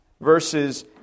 verses